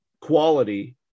quality